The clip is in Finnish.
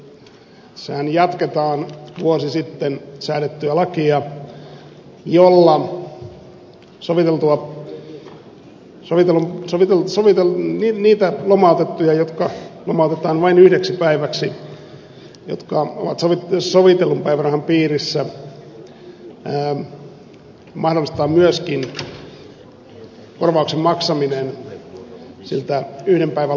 eli tässähän jatketaan vuosi sitten säädettyä lakia jolla niille lomautetuille jotka lomautetaan vain yhdeksi päiväksi ja jotka ovat sovitellun päivärahan piirissä mahdollistetaan myöskin korvauksen maksaminen siltä yhden päivän lomautukselta